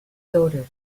daughter